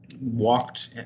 walked